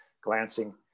glancing